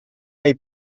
hai